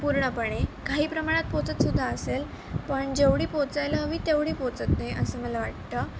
पूर्णपणे काही प्रमाणात पोहचत सुद्धा असेल पण जेवढी पोहचायला हवी तेवढी पोहचत नाही असं मला वाटतं